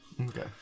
okay